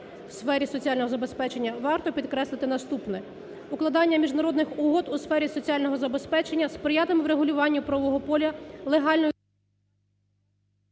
у сфері соціального забезпечення? Варто підкреслити наступне, укладання міжнародних угод у сфері соціального забезпечення сприятиме врегулюванню правового поля легальної…